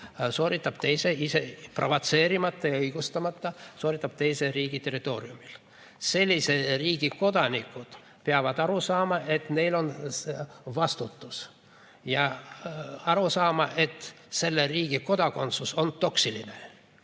kuritegelik riik, provotseerimata ja õigustamata, sooritab teise riigi territooriumil. Sellise riigi kodanikud peavad aru saama, et neil on vastutus, ja nad peavad aru saama, et selle riigi kodakondsus on toksiline